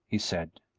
he said.